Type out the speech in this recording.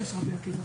בחיפה.